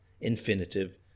infinitive